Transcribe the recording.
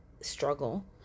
struggle